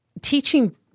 teaching